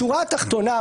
בשורה התחתונה,